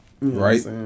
Right